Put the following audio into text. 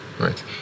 right